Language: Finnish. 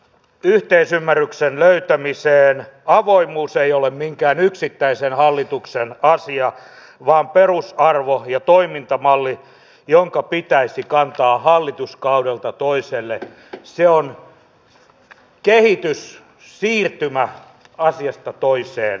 muun muassa sitä ikääntyneiden maahanmuuttajaihmisten tulevaa vanhuutta täällä suomessa ja sitä mihinkä meidän pitäisi varautua ja mihinkä me olemme varautuneet